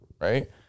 right